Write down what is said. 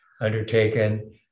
undertaken